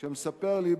שמספר לי,